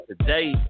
today